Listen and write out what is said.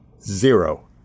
Zero